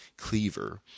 Cleaver